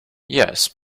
yes